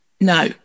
No